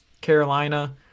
Carolina